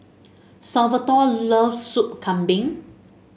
Salvatore loves Sup Kambing